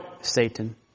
Satan